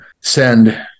send